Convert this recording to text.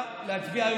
להצביע.